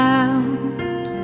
out